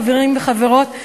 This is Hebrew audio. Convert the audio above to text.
חברים וחברות,